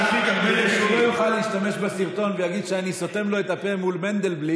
אני בהחלט חושב שצריך לעשות מאמץ לקדם אותה ככל האפשר.